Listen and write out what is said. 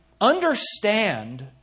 understand